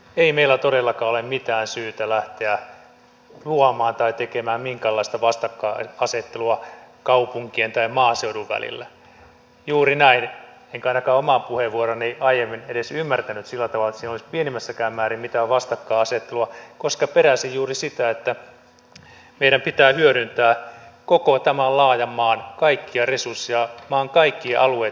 ei meillä todellakaan ole mitään syytä lähteä luomaan tai tekemään minkäänlaista vastakkainasettelua kaupunkien tai maaseudun välillä juuri näin enkä ainakaan omaa puheenvuoroani aiemmin edes ymmärtänyt sillä tavalla että siinä olisi pienimmässäkään määrin mitään vastakkainasettelua koska peräsin juuri sitä että meidän pitää hyödyntää koko tämän laajan maan kaikkia resursseja maan kaikkien alueitten resursseja